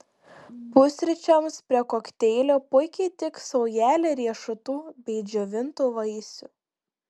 pusryčiams prie kokteilio puikiai tiks saujelė riešutų bei džiovintų vaisių